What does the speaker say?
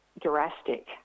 drastic